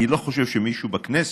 אני לא חושב שמישהו בכנסת,